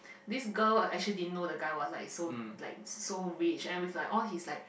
this girl actually didn't know the guy was like so like so rich and which like all his like